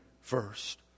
first